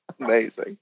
Amazing